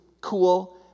cool